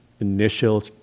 initial